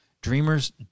Dreamers